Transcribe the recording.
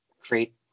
create